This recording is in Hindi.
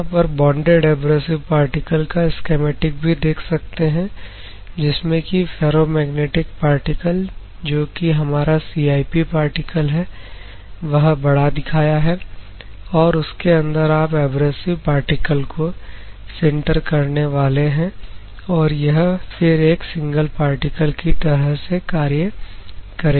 यहां पर बोंडेड एब्रेसिव पार्टिकल का स्कीमैटिक भी देख सकते हैं जिसमें कि फेर्रोमैग्नेटिक पार्टिकल जो कि हमारा CIP पार्टिकल है वह बड़ा दिखाया है और उसके अंदर आप एब्रेसिव पार्टिकल को सिंटर करने वाले हैं और यह फिर एक सिंगल पार्टिकल की तरह से कार्य करेगा